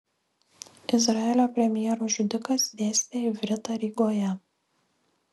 izraelio premjero žudikas dėstė ivritą rygoje